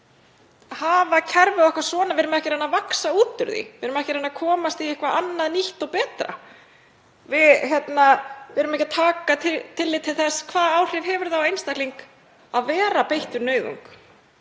hafa kerfið okkar svona? Við erum ekki að reyna að vaxa út úr því. Við erum ekki að reyna að komast í eitthvert annað, nýtt og betra. Við erum ekki að taka tillit til þess hvaða áhrif það hefur á einstakling að vera beittur nauðung.